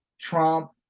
Trump